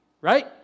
right